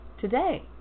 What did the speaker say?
today